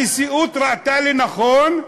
הנשיאות ראתה לנכון,